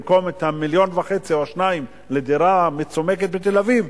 במקום 1.5 מיליון או 2 מיליון לדירה מצומקת בתל-אביב,